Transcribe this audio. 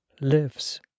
lives